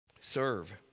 serve